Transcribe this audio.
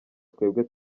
twebwe